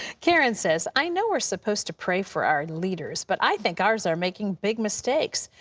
karen says, i know we're supposed to pray for our leaders, but i think ours are making big mistakes.